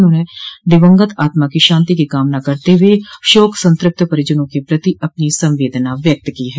उन्होंने दिवंगत आत्मा की षांति की कामना करते हुए षोक संतृत्य परिजनों के प्रति अपनी संवेदना व्यक्त की है